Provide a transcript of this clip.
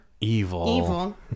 evil